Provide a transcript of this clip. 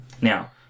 Now